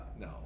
No